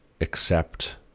accept